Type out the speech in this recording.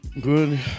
good